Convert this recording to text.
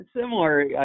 Similar